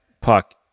Puck